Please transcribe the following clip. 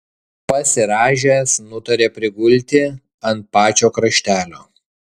pasirąžęs nutarė prigulti ant pačio kraštelio